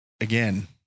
again